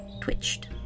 twitched